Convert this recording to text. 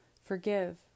Forgive